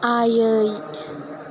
आयै